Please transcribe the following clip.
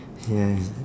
yes